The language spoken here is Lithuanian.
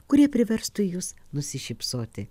kurie priverstų jus nusišypsoti